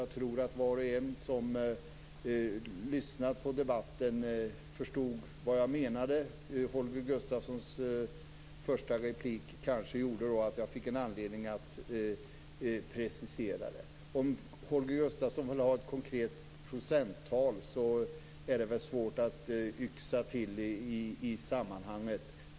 Jag tror att var och en som lyssnade på debatten förstod vad jag menade. Holger Gustafssons första replik kanske gjorde att jag fick en anledning att precisera det. Något konkret procenttal är det svårt att yxa till i sammanhanget.